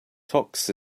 tux